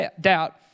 doubt